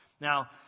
Now